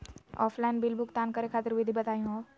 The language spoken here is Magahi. ऑफलाइन बिल भुगतान करे खातिर विधि बताही हो?